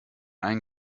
einen